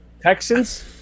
Texans